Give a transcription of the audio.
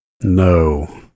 No